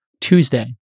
Tuesday